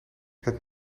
het